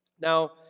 Now